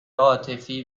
عاطفی